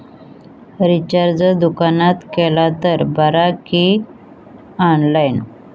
Recharge दुकानात केला तर बरा की ऑनलाइन?